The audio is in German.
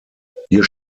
hier